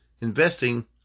investing